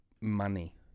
money